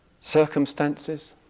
circumstances